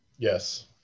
Yes